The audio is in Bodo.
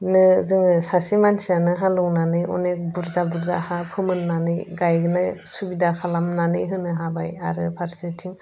नो जोङो सासे मानसियानो हालेवनानै अनेक बुरजा बुरजा हा फोमोननानै गायनो सुबिदा खालामनानै होनो हाबाय आरो फारसेथिं